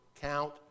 Count